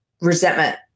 resentment